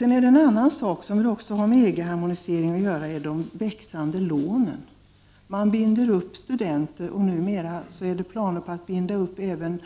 En annan fråga som också har med EG-harmoniseringen att göra är de växande lånen. Man binder upp studielånen, och numera har man planer på att binda upp även